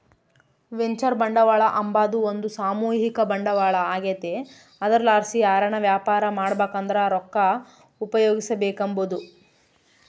venture ಬಂಡವಾಳ ಅಂಬಾದು ಒಂದು ಸಾಮೂಹಿಕ ಬಂಡವಾಳ ಆಗೆತೆ ಅದರ್ಲಾಸಿ ಯಾರನ ವ್ಯಾಪಾರ ಮಾಡ್ಬಕಂದ್ರ ರೊಕ್ಕ ಉಪಯೋಗಿಸೆಂಬಹುದು